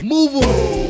Move